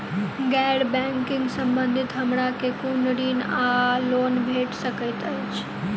गैर बैंकिंग संबंधित हमरा केँ कुन ऋण वा लोन भेट सकैत अछि?